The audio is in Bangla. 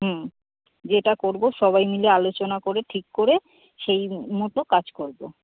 হুম যেটা করবো সবাই মিলে আলোচনা করে ঠিক করে সেই মতো কাজ করবো